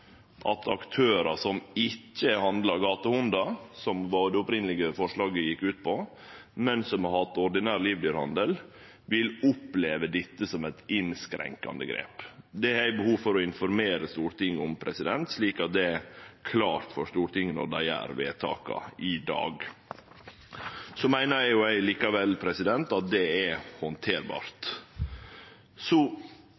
at aktørar som ikkje handlar gatehundar, som var det det opphavlege forslaget gjekk ut på, men som har hatt ordinær livdyrhandel, vil oppleve dette som eit innskrenkande grep. Det har eg behov for å informere Stortinget om, slik at det er klart for Stortinget når dei gjer vedtaka i dag. Eg meiner likevel at det er